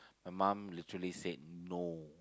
my mum literally said no